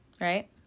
right